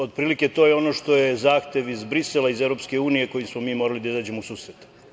Otprilike to je ono što je zahtev iz Brisela, iz Evropske unije kojem smo mi morali da izađemo u susret.